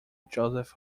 joseph